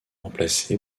remplacé